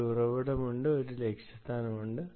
ഒരു ഉറവിടമുണ്ട് ഒരു ലക്ഷ്യസ്ഥാനമുണ്ട്